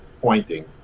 pointing